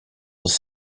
was